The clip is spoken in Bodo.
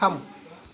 थाम